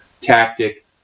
tactic